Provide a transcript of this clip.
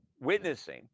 witnessing